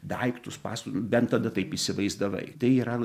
daiktus pastatus bent tada taip įsivaizdavai tai yra